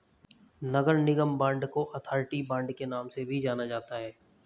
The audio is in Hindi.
नगर निगम बांड को अथॉरिटी बांड के नाम से भी जाना जाता है